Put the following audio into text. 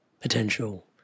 potential